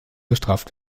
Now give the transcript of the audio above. bestraft